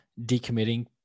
decommitting